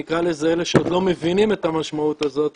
נקרא לזה אלה שעוד לא מבינים את המשמעות הזו,